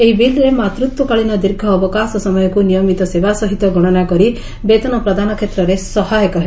ଏହି ବିଲ୍ରେ ମାତୃତ୍ୱକାଳୀନ ଦୀର୍ଘ ଅବକାଶ ସମୟକୁ ନିୟମିତ ସେବା ସହିତ ଗଣନା କରି ବେତନ ପ୍ରଦାନ କ୍ଷେତ୍ରରେ ସହାୟକ ହେବ